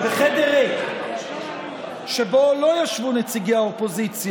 אני ישבתי בחדר ריק שבו לא ישבו נציגי האופוזיציה,